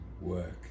work